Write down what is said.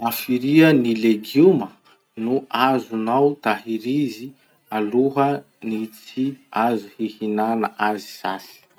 Hafiria ny legioma no azonao tahirizy aloha ny tsy azo hihinana azy sasy?